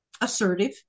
assertive